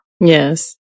Yes